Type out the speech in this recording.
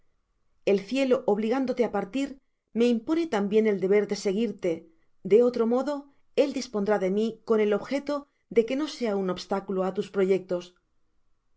el cielo obligándote á partir me impone tambien el deber de seguirte de otro modo él dispondrá de mi con el objeto de que no sea un obstáculo á tus proyectos